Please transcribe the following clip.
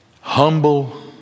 humble